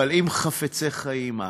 אבל אם חפצי חיים אנו,